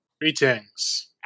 Greetings